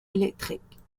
électriques